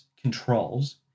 controls